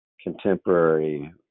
contemporary